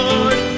Lord